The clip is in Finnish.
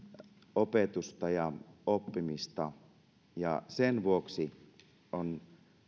opetusta ja oppimista ja sen vuoksi on